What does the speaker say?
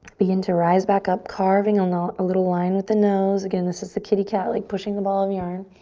begin to rise back up, carving and um a little line with the nose. again, this is the kitty cat like pushing a ball of yarn.